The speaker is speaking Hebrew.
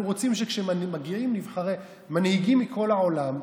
אנחנו רוצים שכשמגיעים מנהיגים מכל העולם,